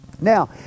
Now